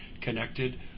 connected